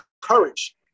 courage